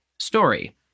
story